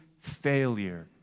failure